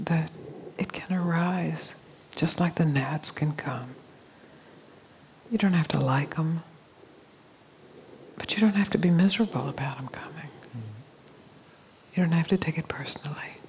that it can arise just like the gnats can cause you don't have to like um but you don't have to be miserable about them coming here and i have to take it personally